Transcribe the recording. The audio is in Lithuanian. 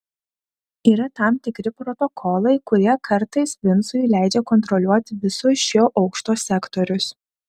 yra tam tikri protokolai kurie kartais vincui leidžia kontroliuoti visus šio aukšto sektorius